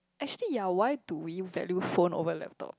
actually ya why do we value phone over laptop